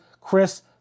Chris